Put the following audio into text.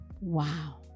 Wow